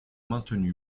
maintenu